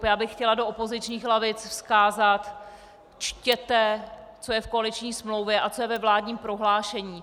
Já bych chtěla do opozičních lavic vzkázat: čtěte, co je v koaliční smlouvě a co je ve vládním prohlášení.